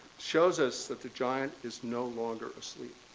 shows us that the giant is no longer asleep.